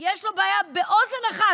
יש בעיה באוזן אחת,